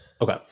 Okay